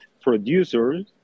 producers